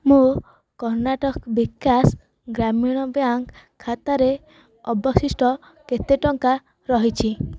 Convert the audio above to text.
ମୋ କର୍ଣ୍ଣାଟକ ବିକାଶ ଗ୍ରାମୀଣ ବ୍ୟାଙ୍କ୍ ଖାତାରେ ଅବଶିଷ୍ଟ କେତେ ଟଙ୍କା ରହିଛି